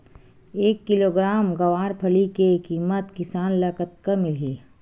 एक किलोग्राम गवारफली के किमत किसान ल कतका मिलही?